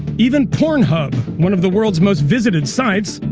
even pornhub, one of the world's most visited sites,